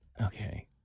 okay